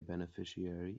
beneficiary